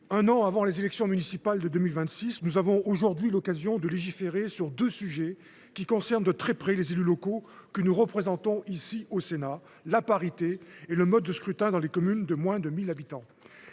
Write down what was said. un an avant les élections municipales de 2026, nous avons aujourd’hui l’occasion de légiférer sur deux sujets qui concernent de très près les élus locaux que nous représentons ici au Sénat : la parité et le mode de scrutin dans les communes de moins de 1 000 habitants.